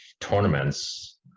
tournaments